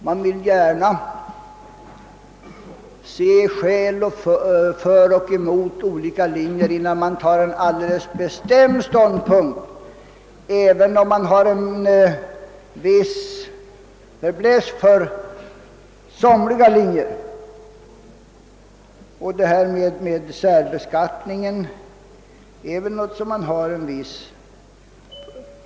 Man vill gärna ha skäl för och emot innan man intar en bestämd ståndpunkt, även om man har en viss faiblesse för somliga linjer. Särbeskattningen är just ett sådant exempel.